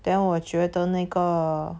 then 我觉得那个